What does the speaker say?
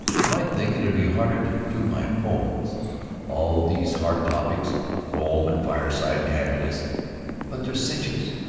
you might think it'd be harder to do my poems all these heart topics home and fireside and happiness but they're cinches.